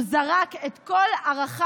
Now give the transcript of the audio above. הוא זרק את כל ערכיו,